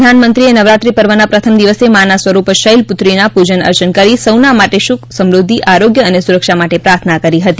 પ્રધાનમંત્રીએ નવરાત્રી પર્વનાં પ્રથમ દિવસે માના સ્વરૂપ શૈલપુત્રીનાં પૂજન અર્ચન કરી સૌના માટે સુખ સમૃઘ્યિ આરોગ્ય અને સુરક્ષા માટે પ્રાર્થના કરી હતી